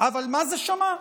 אבל מה זה "שמע"?